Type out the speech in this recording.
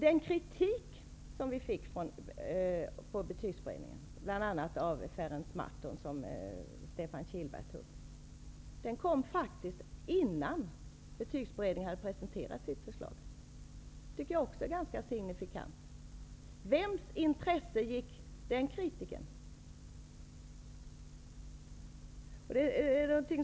Den kritik som betygsberedningen fick av bland andra Ference Marton, som Stefan Kihlberg tog upp, kom faktiskt innan beredningen hade presenterat sitt förslag. Det tycker jag också är ganska signifikant. I vems intresse framfördes den kritiken?